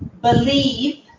believe